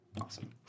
Awesome